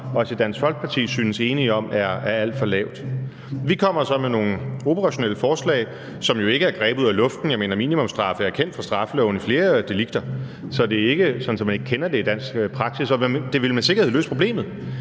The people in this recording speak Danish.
og vi i Dansk Folkeparti synes enige om er alt for lavt. Vi kommer så med nogle operationelle forslag, som jo ikke er grebet ud af luften; altså, jeg mener, minimumsstraffe er kendt fra straffeloven i flere delikter. Så det er ikke sådan, at man ikke kender det i dansk praksis, og det ville med sikkerhed løse problemet.